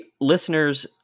listeners